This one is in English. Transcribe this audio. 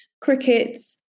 crickets